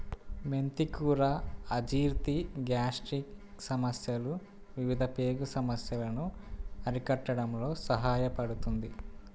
మెంతి కూర అజీర్తి, గ్యాస్ట్రిక్ సమస్యలు, వివిధ పేగు సమస్యలను అరికట్టడంలో సహాయపడుతుంది